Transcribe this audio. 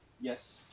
Yes